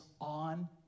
on